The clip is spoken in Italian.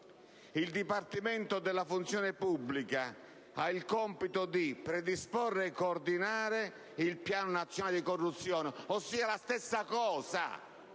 il Dipartimento del funzione pubblica ha il compito di predisporre e coordinare il Piano nazionale anticorruzione, mi sembra che